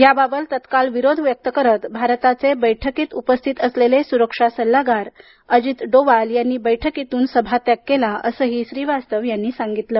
याबाबत तत्काळ विरोध व्यक्त करत भारताचे बैठकीत उपस्थित सुरक्षा सल्लागार अजित डोवाल यांनी बैठकीतून सभात्याग केला असंही श्रीवास्तव यांनी सांगितलं